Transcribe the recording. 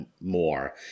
More